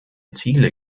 ziele